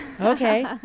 Okay